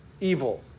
evil